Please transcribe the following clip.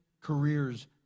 careers